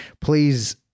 please –